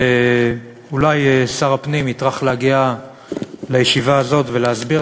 ואולי שר הפנים יטרח להגיע לישיבה הזאת ולהסביר